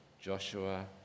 Joshua